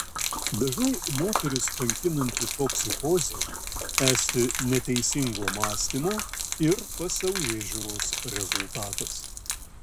dažnai moteris kankinanti toksikozė esti neteisingo mąstymo ir pasaulėžiūros rezultatas